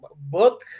Book